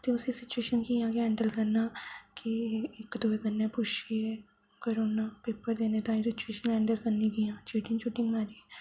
ते उस सिचुएशन गी कियां हैंडल करना कि इक दुए कन्ने पूछिये कर उड़ना पेपर देने ताईं सिचुएशन हैंडल करनी कियां चीटिंग चुटिंग करिये